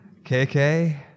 KK